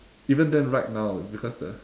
even then right now because the